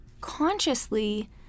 consciously